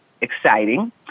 exciting